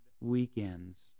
weekends